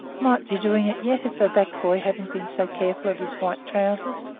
might be doing it yet if the black boy hadn't been so careful of his white trousers.